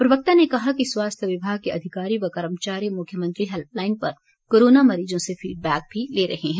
प्रवक्ता ने कहा कि स्वास्थ्य विभाग के अधिकारी व कर्मचारी मुख्यमंत्री हैल्पलाईन पर कोरोना मरीजों से फीडबैक भी ले रहे हैं